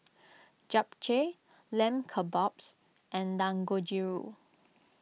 Japchae Lamb Kebabs and Dangojiru